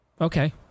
okay